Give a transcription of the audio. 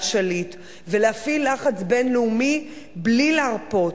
שליט ולהפעיל לחץ בין-לאומי בלי להרפות.